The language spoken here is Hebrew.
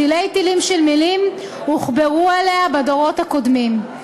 תלי-תלים של מילים הוכברו עליה בדורות הקודמים.